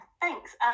thanks